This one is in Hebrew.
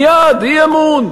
מייד, אי-אמון,